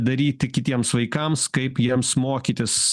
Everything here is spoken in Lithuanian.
daryti kitiems vaikams kaip jiems mokytis